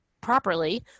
properly